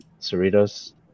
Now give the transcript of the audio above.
Cerritos